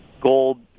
gold